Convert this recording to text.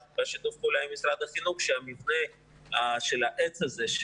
בשיתוף פעולה של משרד החינוך נבטיח שמבנה העץ הזה,